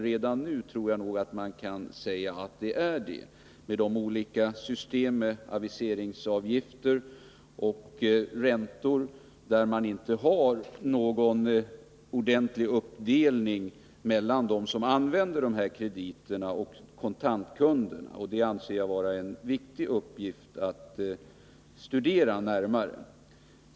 Jag tror att vi redan nu kan säga att så är fallet med de olika systemen med aviseringsavgifter och räntor, där man inte har någon ordentlig uppdelning mellan dem som använder dessa krediter och kontantkunderna. Det anser jag vara en viktig uppgift att studera närmare.